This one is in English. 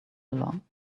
along